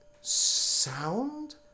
sound